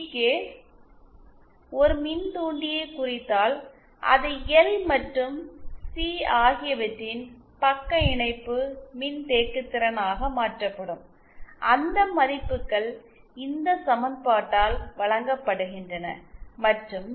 K ஒரு மின்தூண்டியைக் குறித்தால் அது எல் மற்றும் சி ஆகியவற்றின் பக்க இணைப்பு மின்தேக்குதிறனாக மாற்றப்படும் அந்த மதிப்புகள் இந்த சமன்பாட்டால் வழங்கப்படுகின்றன மற்றும் ஜி